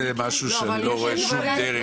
זה משהו שאני לא רואה שום דרך,